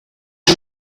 you